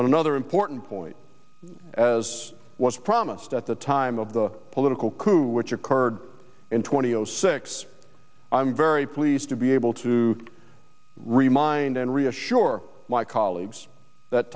another important point as was promised at the time of the political coup which occurred in twenty zero six i'm very pleased to be able to remind and reassure my colleagues that